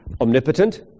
omnipotent